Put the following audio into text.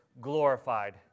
glorified